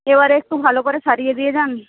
এবারে একটু ভালো করে সারিয়ে দিয়ে যান